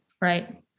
Right